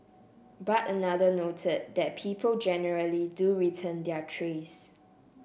but another noted that people generally do return their trays